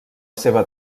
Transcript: seva